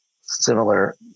similar